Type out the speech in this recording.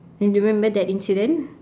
and remember that incident